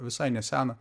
visai neseną